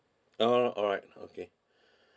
ah alright okay